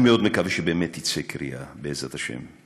אני מאוד מקווה שבאמת תצא קריאה, בעזרת השם,